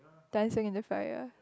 dancing in the fire